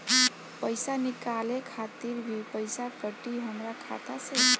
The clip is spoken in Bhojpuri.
पईसा निकाले खातिर भी पईसा कटी हमरा खाता से?